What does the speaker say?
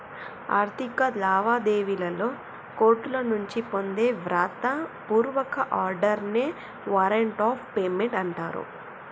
ఆర్థిక లావాదేవీలలో కోర్టుల నుంచి పొందే వ్రాత పూర్వక ఆర్డర్ నే వారెంట్ ఆఫ్ పేమెంట్ అంటరు